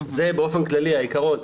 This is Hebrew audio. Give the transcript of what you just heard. זה באופן כללי העיקרון,